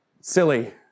silly